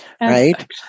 right